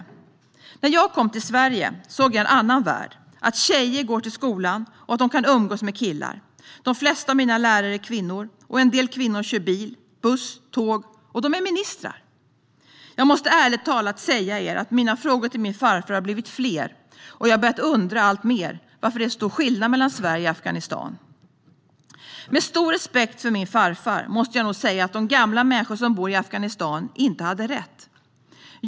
Zakaria skriver vidare: "När jag kom till Sverige såg jag en annan värld, att tjejer går till skolan och att de kan umgås med killar". De flesta av hans lärare är kvinnor. En del kvinnor kör bil, buss och tåg, och de är ministrar. Zakarias frågor till sin farfar har blivit fler och han har börjat undra alltmer varför det är så stor skillnad mellan Sverige och Afghanistan. Han fortsätter: "Med stor respekt för min farfar måste jag nog säga att de gamla människor som bor i Afghanistan inte hade rätt.